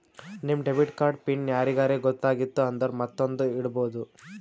ನಿಮ್ debit card pin ಯಾರಿಗರೇ ಗೊತ್ತಾಗಿತ್ತು ಅಂದುರ್ ಮತ್ತೊಂದ್ನು ಇಡ್ಬೋದು